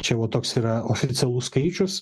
čia va toks yra oficialus skaičius